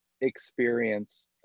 experience